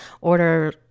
order